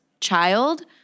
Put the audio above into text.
child